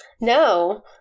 No